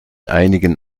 einigen